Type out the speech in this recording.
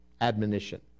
Admonition